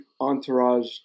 Entourage